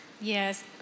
Yes